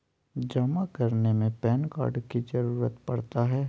जमा करने में पैन कार्ड की जरूरत पड़ता है?